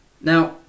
Now